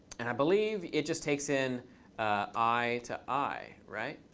and i believe it just takes in i to i, right?